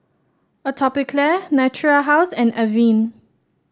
Atopiclair Natura House and Avene